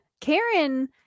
Karen